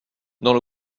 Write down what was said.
dans